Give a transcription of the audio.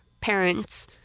parents